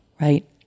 right